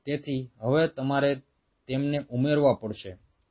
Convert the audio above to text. તેથી હવે તમારે તેમને ઉમેરવા પડશે અને